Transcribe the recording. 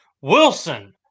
Wilson